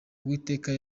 uwiteka